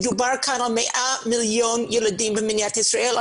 מדובר כאן על מעל מיליון ילדים במדינת ישראל,